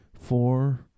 four